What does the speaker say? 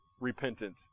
repentant